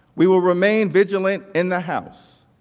we will remain vigilant in the house.